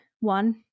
one